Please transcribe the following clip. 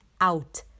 out